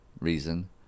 reason